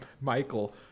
Michael